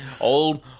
old